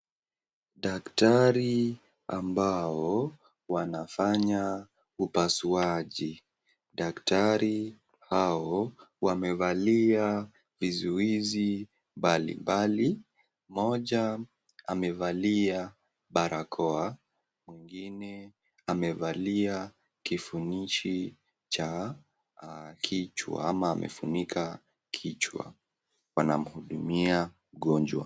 Daktari ambao wanafanya upasuaji, daktari hao wamevalia vizuizi mbali mbali, mmoja amevalia barakoa, mwingine amevalia kifunishi cha kichwa ama amefunika kichwa wanamhudumia mgonjwa.